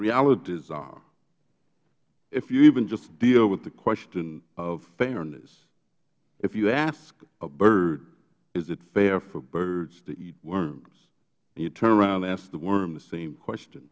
realities are if you even just deal with the question of fairness if you ask a bird is it fair for birds to eat worms and you turn around and ask the worm the same question